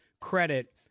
credit